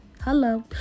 Hello